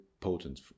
potent